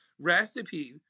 recipe